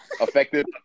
Effective